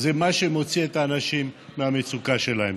זה מה שמוציא את האנשים מהמצוקה שלהם.